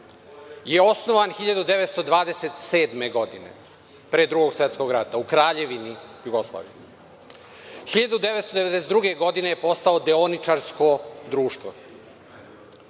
je osnovan 1927. godine, pre Drugog svetskog rata, u Kraljevini Jugoslaviji. Godine 1992. je postao deoničarsko društvo.